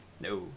No